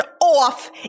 off